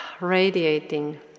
radiating